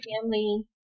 family